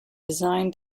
design